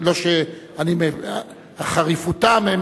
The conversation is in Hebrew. לא שאני, חריפותם,